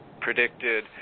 predicted